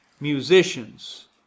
musicians